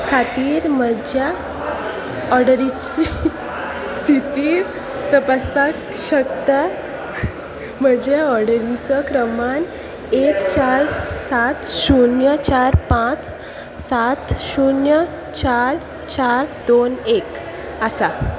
खातीर म्हज्या ऑर्डरीची स्थिती तपासपाक शकता म्हजें ऑर्डरीचो क्रमाण एक चार सात शुन्य चार पांच सात शुन्य चार चार दोन एक आसा